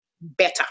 better